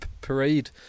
parade